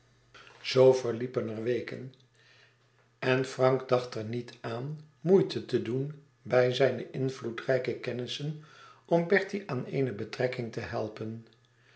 zoo verliepen er weken en frank dacht er niet aan moeite te doen bij zijne invloedrijke kennissen om bertie aan eene betrekking te helpen